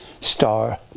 star